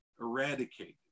eradicated